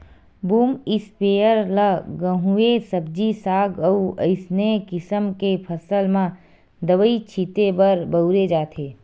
boom sprayer ल गहूँए सब्जी साग अउ असइने किसम के फसल म दवई छिते बर बउरे जाथे